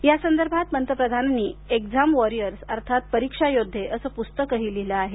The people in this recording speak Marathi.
यासंदर्भात पंत प्रधानांनी एक्झाम वोरीयार्स अर्थात परीक्षा योद्वे असं पुस्तकही लिहिलं आहे